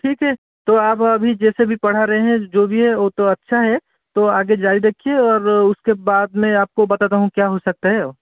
ठीक है तो आप अभी जैसे भी पढ़ा रहे हैं जो भी है ओ तो अच्छा है तो आगे जारी रखिए और उसके बाद में आपको बताता हूँ क्या हो सकता है